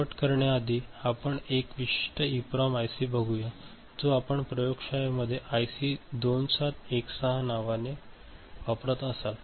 शेवट करण्याआधी आपण एक विशिष्ट ईप्रोम आयसी बघूया जो आपण प्रयोगशाळेमध्ये आयसी 2716 नावाने वापरत असाल